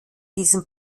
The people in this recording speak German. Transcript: diesem